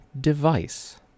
device